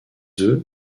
œufs